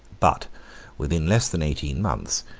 but within less than eighteen months,